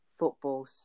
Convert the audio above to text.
Football